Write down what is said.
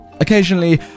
occasionally